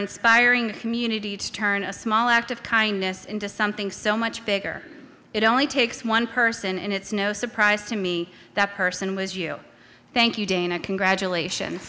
inspiring community to turn a small act of kindness into something so much bigger it only takes one person and it's no surprise to me that person was you thank you dana congratulations